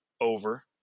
over